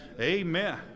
Amen